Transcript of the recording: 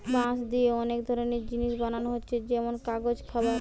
বাঁশ দিয়ে অনেক ধরনের জিনিস বানানা হচ্ছে যেমন কাগজ, খাবার